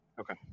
Okay